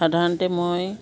সাধাৰণতে মই